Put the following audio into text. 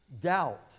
doubt